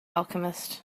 alchemist